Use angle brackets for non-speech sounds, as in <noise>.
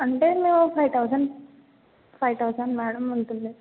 అంటే <unintelligible> five thousand five thousand madam ఉంటుంది